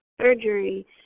surgery